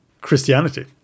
Christianity